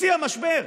בשיא המשבר,